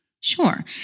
Sure